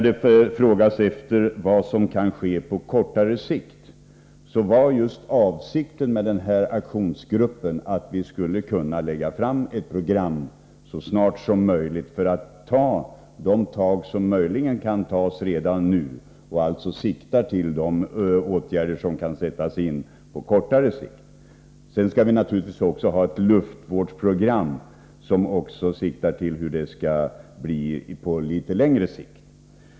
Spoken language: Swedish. Beträffande vad som kan ske på kortare sikt vill jag säga att avsikten med aktionsgruppen var att den skulle kunna lägga fram ett förslag till program så snart som möjligt, så att vi redan nu kan vidta de åtgärder på kortare sikt som kan vara möjliga. Sedan skall vi naturligtvis också ha ett luftvårdsprogram, som syftar till åtgärder på litet längre sikt.